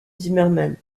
zimmerman